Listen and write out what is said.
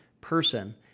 person